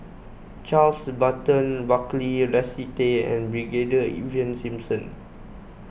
Charles Burton Buckley Leslie Tay and Brigadier Ivan Simson